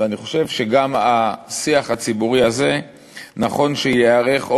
ואני חושב שגם השיח הציבורי הזה נכון שייערך או